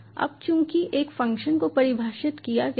अब चूंकि एक फंक्शन को परिभाषित किया गया है